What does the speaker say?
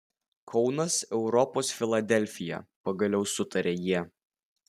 kaunas europos filadelfija pagaliau sutarė jie